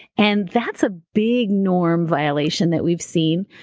and that's a big norm violation that we've seen.